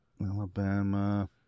Alabama